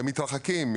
הם מתרחקים.